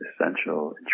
essential